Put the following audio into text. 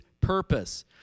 purpose